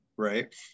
Right